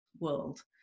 world